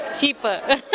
Cheaper